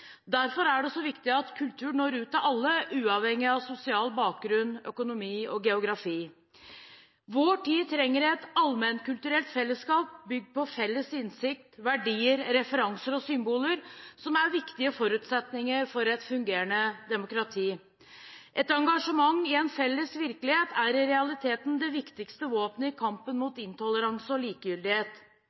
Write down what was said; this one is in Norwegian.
Derfor er det så viktig at kulturen når ut til alle uavhengig av sosial bakgrunn, økonomi og geografi. Vår tid trenger et almennkulturelt fellesskap bygd på felles innsikt, verdier, referanser og symboler, som er viktige forutsetninger for et fungerende demokrati. Et engasjement i en felles virkelighet er i realiteten det viktigste våpenet i kampen mot intoleranse og likegyldighet.